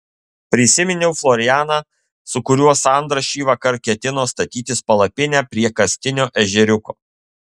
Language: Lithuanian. prisiminiau florianą su kuriuo sandra šįvakar ketino statytis palapinę prie kastinio ežeriuko